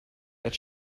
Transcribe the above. that